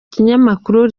ikinyamakuru